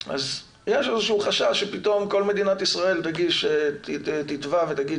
אז יש איזה שהוא חשש שפתאום כל מדינת ישראל תתבע ותגיד